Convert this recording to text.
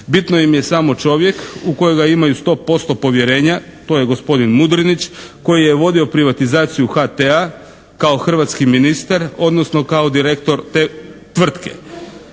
bitno im je samo čovjek u kojega imaju 100% povjerenja, to je gospodin Mudrinić, koji je vodio privatizaciju HT-a kao hrvatski ministar, odnosno kao direktor te tvrtke.